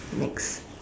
next